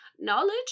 Knowledge